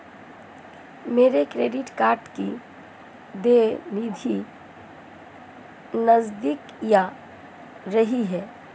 मेरे credit card की देय तिथि नज़दीक आ रही है